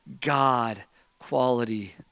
God-quality